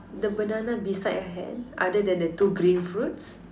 the banana beside her hand other than the two green fruits